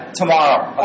tomorrow